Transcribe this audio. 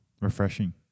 Refreshing